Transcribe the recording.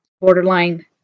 borderline